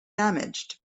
damaged